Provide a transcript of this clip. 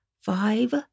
five